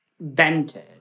vented